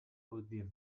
quddiem